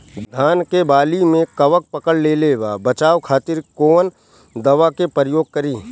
धान के वाली में कवक पकड़ लेले बा बचाव खातिर कोवन दावा के प्रयोग करी?